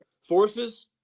Forces